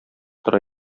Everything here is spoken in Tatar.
тора